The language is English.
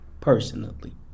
personally